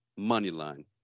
Moneyline